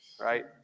right